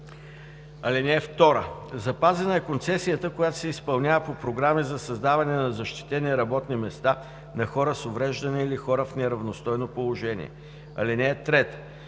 (2) Запазена е концесията, която се изпълнява по програми за създаване на защитени работни места на хора с увреждания или хора в неравностойно положение. (3)